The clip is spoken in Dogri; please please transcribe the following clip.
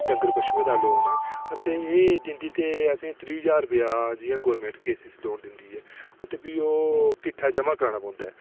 डंगर बच्छुयें दा लोन अते एह् दिंदी ते असें ई त्रीह् ज्हार रपेआ जि'यां गौरमैंट केसीसी लोन दिंदी ऐ अते फ्ही ओह् किट्ठा जमा कराना पौंदा ऐ